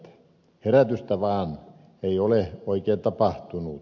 herätystä vain ei ole oikein tapahtunut